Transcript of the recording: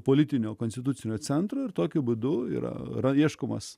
politinio konstitucinio centro ir tokiu būdu yra ieškomas